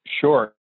Sure